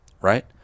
Right